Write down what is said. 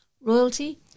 Royalty